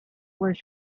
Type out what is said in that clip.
was